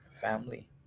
family